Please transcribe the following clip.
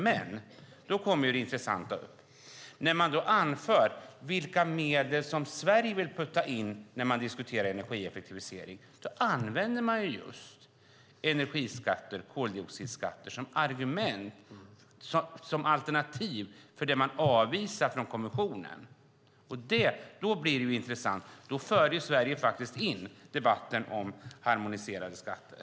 Men då kommer det intressanta att när man då anför vilka medel som Sverige vill putta in när man diskuterar energieffektivisering använder man just energiskatter och koldioxidskatter som alternativ för det man avvisar från kommissionen. Då blir det intressant. Då för Sverige faktiskt in debatten om harmoniserade skatter.